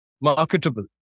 marketable